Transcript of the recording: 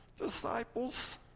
disciples